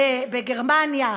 בגרמניה,